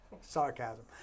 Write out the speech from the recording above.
Sarcasm